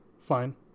fine